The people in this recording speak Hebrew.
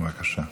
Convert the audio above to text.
בבקשה.